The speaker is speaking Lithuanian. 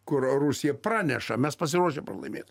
kur rusija praneša mes pasiruošę pralaimėt